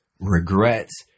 regrets